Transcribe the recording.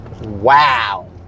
Wow